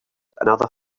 another